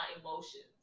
emotions